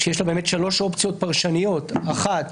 שיש לה באמת שלוש אופציות פרשניות: האחת,